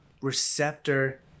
receptor